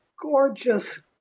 gorgeous